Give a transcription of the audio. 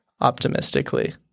optimistically